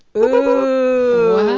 ooh